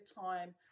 time